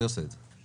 מי עושה את זה?